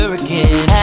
again